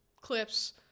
clips